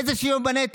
איזה שוויון בנטל.